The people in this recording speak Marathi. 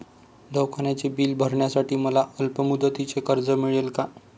दवाखान्याचे बिल भरण्यासाठी मला अल्पमुदतीचे कर्ज मिळेल का?